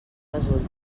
resulti